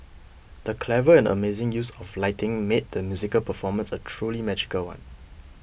the clever and amazing use of lighting made the musical performance a truly magical one